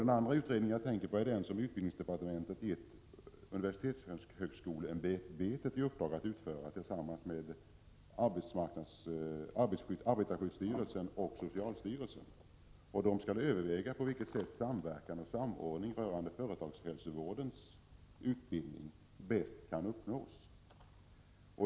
Den andra utredningen är den som utbildningsdepartementet har gett universitetsoch högskoleämbetet i uppdrag att utföra tillsammans med arbetarskyddsstyrelsen och socialstyrelsen. De skall överväga på vilket sätt samverkan och samordning rörande företagshälsovårdens utbildning bäst kan uppnås.